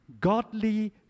godly